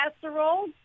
casserole